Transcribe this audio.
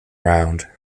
round